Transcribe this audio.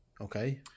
Okay